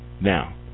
Now